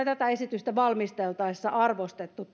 tätä esitystä valmisteltaessa arvostettu